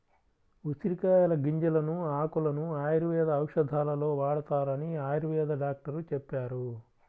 ఉసిరికాయల గింజలను, ఆకులను ఆయుర్వేద ఔషధాలలో వాడతారని ఆయుర్వేద డాక్టరు చెప్పారు